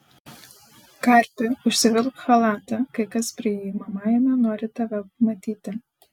karpi užsivilk chalatą kai kas priimamajame nori tave matyti